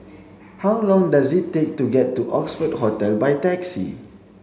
how long does it take to get to Oxford Hotel by taxi